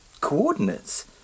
Coordinates